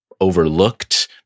Overlooked